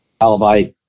Alibi